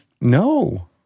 No